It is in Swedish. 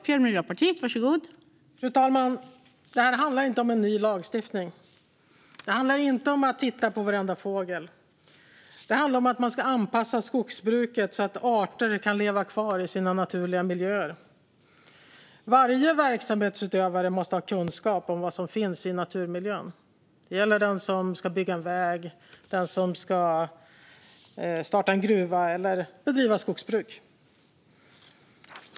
Fru talman! Det här handlar inte om en ny lagstiftning. Det handlar inte om att titta på varenda fågel. Det handlar om att man ska anpassa skogsbruket så att arter kan leva kvar i sina naturliga miljöer. Varje verksamhetsutövare måste ha kunskap om vad som finns i naturmiljön. Det gäller den som ska bygga en väg och den som ska starta en gruva eller bedriva skogsbruk.